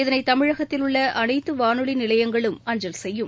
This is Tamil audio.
இதனை தமிழகத்தில் உள்ள அனைத்து வானொலி நிலையங்களும் அஞ்சல் செய்யும்